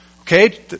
Okay